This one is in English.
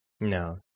No